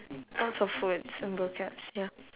lots of words and vocabs ya